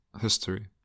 history